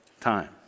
time